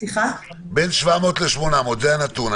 בין 700 ל-800 זה הנתון.